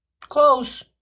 Close